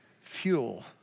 fuel